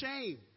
shame